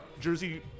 jersey